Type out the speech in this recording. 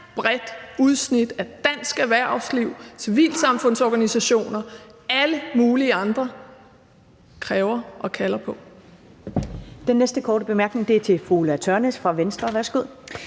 bredt udsnit af dansk erhvervsliv, civilsamfundsorganisationer og alle mulige andre kræver og kalder på.